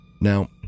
now